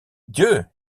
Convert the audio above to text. dieu